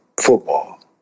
Football